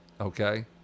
okay